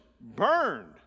burned